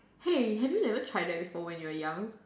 hey have you never tried that before when you were young